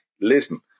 listen